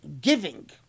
giving